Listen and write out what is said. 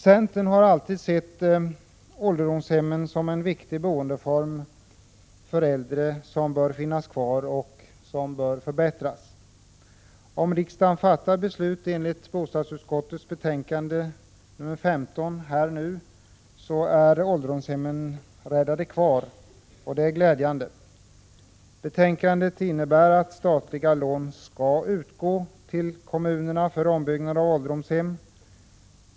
Centern har alltid sett ålderdomshem som en viktig boendeform för äldre, en boendeform som bör finnas kvar och som bör förbättras. Om riksdagen fattar beslut enligt bostadsutskottets betänkande nr 15 är ålderdomshemmen räddade. Det är glädjande. Betänkandet innebär att statliga lån skall utgå till kommunerna för ombyggnad av ålderdomshem.